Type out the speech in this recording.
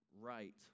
right